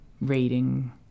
reading